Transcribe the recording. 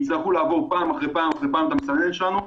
הצטרכו לעבור פעם אחר פעם את המסננת שלנו,